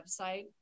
website